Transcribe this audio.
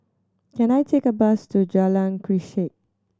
can I take a bus to Jalan Grisek